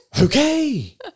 Okay